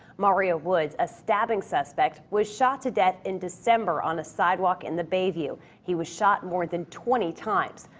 mario woods a stabbing suspect was shot to death in december on a sidewalk in the bayview. he was shot more than twenty times.